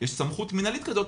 יש סמכות מנהלית כזאת,